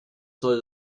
soll